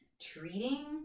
treating